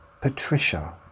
Patricia